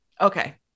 okay